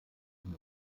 eine